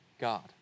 God